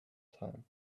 time